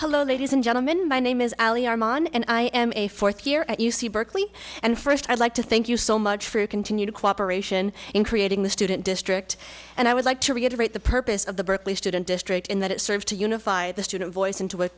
hello ladies and gentlemen my name is allie armaan and i am a fourth year at u c berkeley and first i'd like to thank you so much for your continued cooperation in creating the student district and i would like to reiterate the purpose of the berkeley student district in that it serves to unify the student voice into